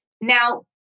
Now